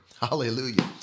Hallelujah